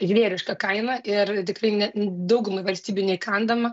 žvėriška kaina ir tikrai ne daugumai valstybių neįkandama